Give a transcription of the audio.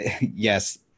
yes